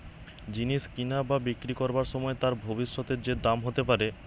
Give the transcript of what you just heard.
জিনিস কিনা বা বিক্রি করবার সময় তার ভবিষ্যতে যে দাম হতে পারে